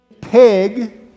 pig